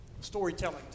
storytelling